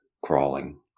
crawling